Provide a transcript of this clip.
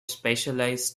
specialized